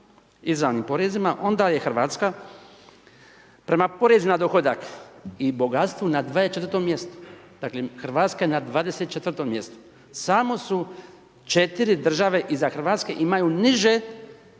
izravnim porezima, onda je Hrvatska prema porezu na dohodak i bogatstvu na 24. mjestu, dakle Hrvatska je 24. mjestu. Samo su 4 države iza Hrvatske imaju nižu